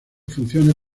funciones